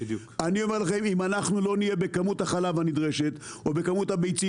אם אנחנו לא נהיה בכמות החלב הנדרשת או בכמות הביצים